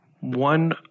one